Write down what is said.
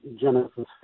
Genesis